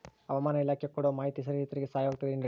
ಹವಮಾನ ಇಲಾಖೆ ಕೊಡುವ ಮಾಹಿತಿ ರೈತರಿಗೆ ಸಹಾಯವಾಗುತ್ತದೆ ಏನ್ರಿ?